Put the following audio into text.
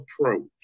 approach